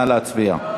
נא להצביע.